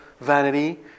vanity